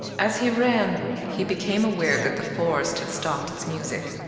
as he ran, he became aware that the forest had stopped its music,